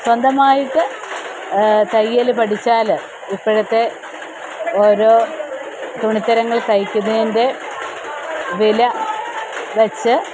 സ്വന്തമായിട്ട് തയ്യല് പഠിച്ചാല് ഇപ്പഴത്തെ ഓരോ തുണിത്തരങ്ങള് തയ്ക്കുന്നതിൻ്റെ വില വെച്ച്